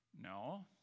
No